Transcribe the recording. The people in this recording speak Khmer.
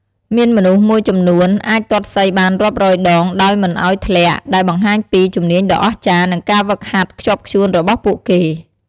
មានមនុស្សមួយចំនួនអាចទាត់សីបានរាប់រយដងដោយមិនឱ្យធ្លាក់ ដែលបង្ហាញពី ជំនាញដ៏អស្ចារ្យ និងការហ្វឹកហាត់ខ្ជាប់ខ្ជួនរបស់ពួកគេ។